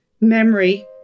memory